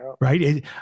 Right